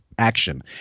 action